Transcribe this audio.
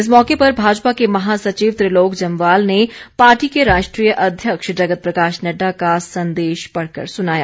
इस मौके पर भाजपा के महासचिव त्रिलोक जम्मवाल ने पार्टी के राष्ट्रीय अध्यक्ष जगत प्रकाश नड्डा का संदेश पढ़कर सुनाया